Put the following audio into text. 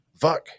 fuck